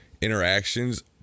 interactions